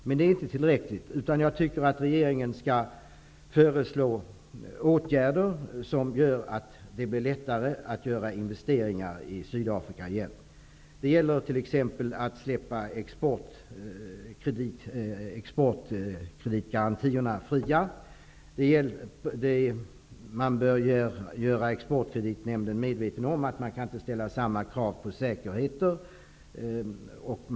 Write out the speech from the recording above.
Men det är inte tillräckligt, utan jag tycker att regeringen skall föreslå åtgärder som gör att det blir lättare att göra investeringar i Sydafrika igen. Det gäller t.ex. att släppa exportkreditgarantierna fria. Man bör också göra Exportkreditnämnden medveten om att den inte kan ställa samma krav på säkerheter som annars.